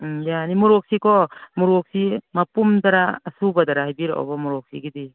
ꯎꯝ ꯌꯥꯅꯤ ꯃꯣꯔꯣꯛꯁꯤꯀꯣ ꯃꯣꯔꯣꯛꯁꯤ ꯃꯄꯨꯝꯗꯔꯥ ꯑꯁꯨꯕꯗꯔꯥ ꯍꯥꯏꯕꯤꯔꯛꯎꯕ ꯃꯣꯔꯣꯛꯁꯤꯒꯤꯗꯤ